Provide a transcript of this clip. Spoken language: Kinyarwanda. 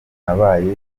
nabaye